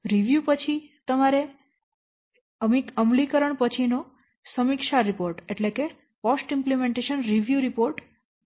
review પછી તમારે અમલીકરણ પછીનો સમીક્ષા રિપોર્ટ તૈયાર કરવો પડશે